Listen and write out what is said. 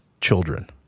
children